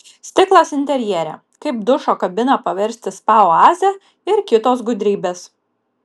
stiklas interjere kaip dušo kabiną paversti spa oaze ir kitos gudrybės